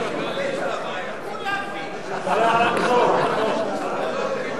לא צריך ביורוקרטיה שם.